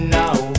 now